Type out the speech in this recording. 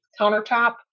countertop